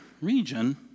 region